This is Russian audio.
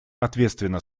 ответственно